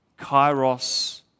kairos